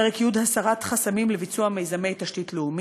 פרק י' הסרת חסמים לביצוע מיזמי תשתית לאומית,